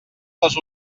les